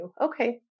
Okay